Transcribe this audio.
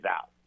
out